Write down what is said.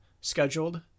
scheduled